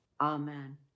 Amen